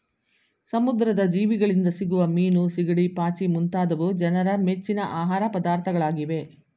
ಸಮುದ್ರದ ಜೀವಿಗಳಿಂದ ಸಿಗುವ ಮೀನು, ಸಿಗಡಿ, ಪಾಚಿ ಮುಂತಾದವು ಜನರ ಮೆಚ್ಚಿನ ಆಹಾರ ಪದಾರ್ಥಗಳಾಗಿವೆ